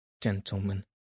gentlemen